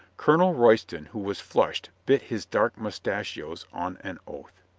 colonel royston, who was flushed, bit his dark moustachios on an oath.